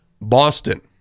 Boston